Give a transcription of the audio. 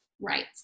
right